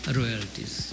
royalties